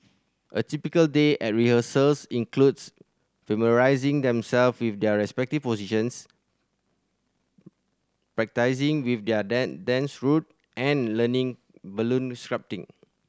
a typical day at rehearsals includes familiarising themselves with their respective positions practising with their dance routine and learning balloon sculpting